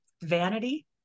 vanity